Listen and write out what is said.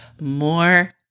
more